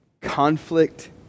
conflict